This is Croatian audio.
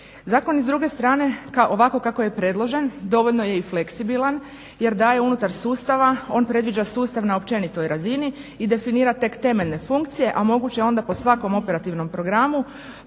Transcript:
Zakon i s druge strane ovako kako je predložen dovoljno je i fleksibilan jer daje unutar sustava, on predviđa sustav na općenitoj razini i definira tek temeljne funkcije, a moguće je onda po svakom operativnom programu